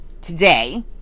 today